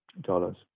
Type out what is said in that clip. dollars